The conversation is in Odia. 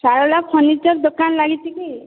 ଶାରଳା ଫର୍ଣ୍ଣିଚର ଦୋକାନ ଲାଗିଛି କି